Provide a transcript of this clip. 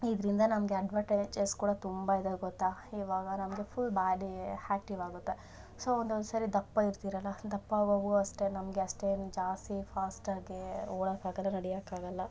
ಇದರಿಂದ ನಮಗೆ ಅಡ್ವಾಂಟೇಜಸ್ ಕೂಡ ತುಂಬ ಇದೆ ಗೊತ್ತಾ ಇವಾಗ ನಮಗೆ ಫುಲ್ ಬಾಡಿ ಹ್ಯಾಕ್ಟಿವ್ ಆಗುತ್ತೆ ಸೊ ಒಂದೊಂದು ಸರಿ ದಪ್ಪ ಇರ್ತಿರಲ್ಲ ದಪ್ಪ ಅವಾಗೂ ಅಷ್ಟೆ ನಮಗೆ ಅಷ್ಟೇನು ಜಾಸ್ತಿ ಫಾಸ್ಟಾಗಿ ಓಡೋಕ್ಕಾಗಲ್ಲ ನಡಿಯಕ್ಕಾಗಲ್ಲ